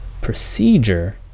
procedure